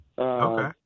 Okay